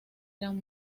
eran